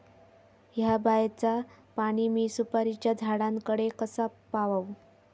हया बायचा पाणी मी सुपारीच्या झाडान कडे कसा पावाव?